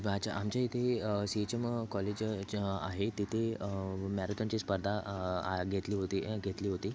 माझ्या आमच्या इथे सी एच एम कॉलेज जे आहे तिथे मॅराथॉनची स्पर्धा घेतली होती घेतली होती